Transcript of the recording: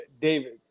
David